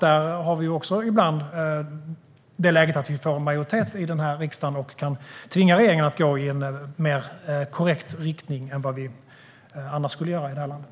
Där har vi också ibland ett läge att vi får en majoritet i den här riksdagen och kan tvinga regeringen att gå i en mer korrekt riktning än man annars skulle göra i det här landet.